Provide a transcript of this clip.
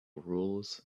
rules